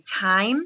time